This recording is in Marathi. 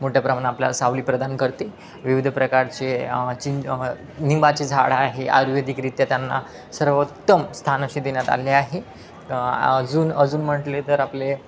मोठ्या प्रमाण आपल्याला सावली प्रदान करते विविध प्रकारचे चिं लिंबाची झाड आहे आयुर्वेदिकरीत्या त्यांना सर्वोत्तम स्थान असे देण्यात आले आहे अजून अजून म्हटले तर आपले